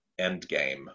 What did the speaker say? Endgame